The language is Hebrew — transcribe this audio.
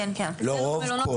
לא רוב.